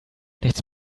nichts